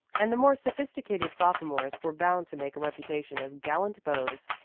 and the more sophisticated sophomores were bound to make a reputation as gallant beaux.